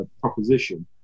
proposition